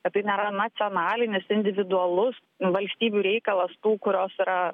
kad tai nėra nacionalinis individualus valstybių reikalas tų kurios yra